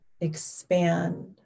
expand